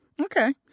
Okay